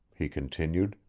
he continued,